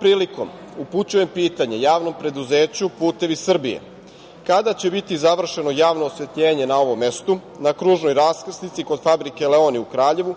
prilikom upućujem pitanje JP „Putevi Srbije“ – kada će biti završeno javno osvetljenje na ovom mestu, na kružnoj raskrsnici kod fabrike „Leoni“ u Kraljevu?